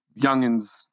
youngins